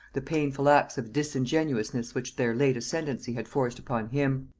the painful acts of disingenuousness which their late ascendency had forced upon him.